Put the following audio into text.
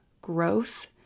growth